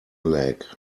leg